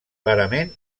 clarament